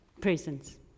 presence